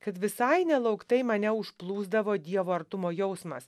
kad visai nelauktai mane užplūsdavo dievo artumo jausmas